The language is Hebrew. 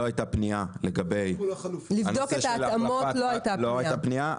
לא הייתה פניה לגבי הנושא של החלפת ה לא הייתה פניה.